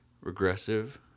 regressive